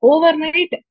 Overnight